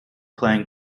playing